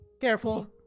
careful